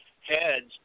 heads